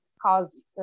cause